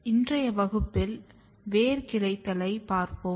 இன்றைய வகுப்பில் வேர் கிளைத்தலை காண்போம்